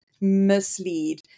mislead